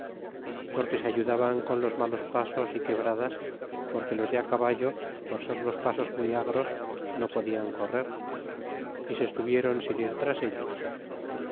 porque se ayudaban con los malos pasos é quebradas porque los de caballo por ser los pasos muy agros no podian correr y se estuvieron sin ir tras ellos